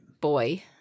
Boy